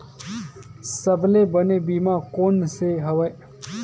सबले बने बीमा कोन से हवय?